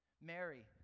Mary